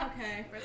Okay